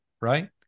Right